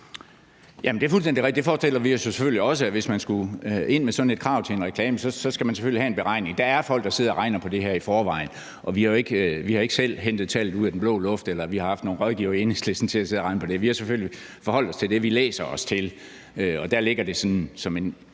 Det er fuldstændig rigtigt. Det forestiller vi os selvfølgelig også, altså at hvis man skulle indføre sådan et krav til en reklame, skal man selvfølgelig have en beregning. Der er folk, der sidder og regner på det her i forvejen, og vi har ikke selv hentet tallet ud af den blå luft eller haft nogle rådgivere i Enhedslisten til at sidde og regne på det. Vi har selvfølgelig forholdt os til det, vi læser os til, og der ligger det som en